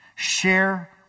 share